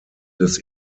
des